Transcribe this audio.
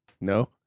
No